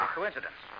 coincidence